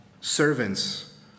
servants